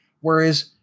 Whereas